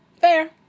Fair